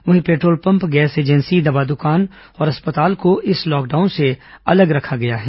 वहीं petrol pump gas agency दवा दुकान और अस्पताल को इस लॉकडाउन से अलग रखा गया है